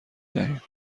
دهیم